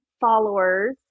followers